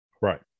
Right